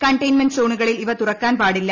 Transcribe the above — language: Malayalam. കണ്ടെയിൻമെന്റ് സോണുകളിൽ ഇവ തുറക്കാൻ പാടില്ല